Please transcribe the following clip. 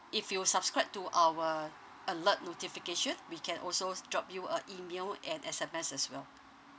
if you subscribe to our alert notification we can also s~ drop you a email and S_M_S as well